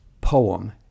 poem